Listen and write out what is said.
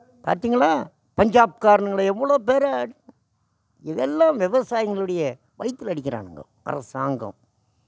பார்த்தீங்களா பஞ்சாப்காரனுங்களை எவ்வளோ பேரை அடி இதெல்லாம் விவசாயிகளுடைய வயிற்றுல அடிக்கிறாங்கோ அரசாங்கம்